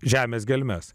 žemės gelmes